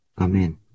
Amen